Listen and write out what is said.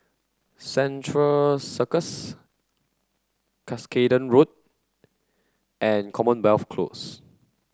Central Circus Cuscaden Road and Commonwealth Close